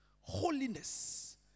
holiness